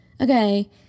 Okay